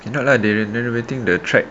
cannot lah they renovating the track